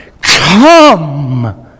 come